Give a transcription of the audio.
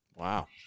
Wow